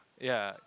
yeah